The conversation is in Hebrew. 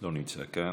לא נמצא כאן,